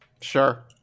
Sure